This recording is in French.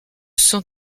sont